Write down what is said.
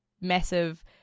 massive